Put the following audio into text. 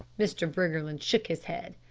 mr. briggerland shook his head.